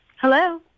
Hello